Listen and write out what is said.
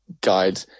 guide